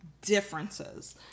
differences